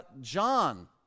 John